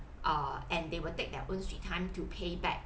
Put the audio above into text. err and they will take their own sweet time to pay back